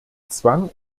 zwang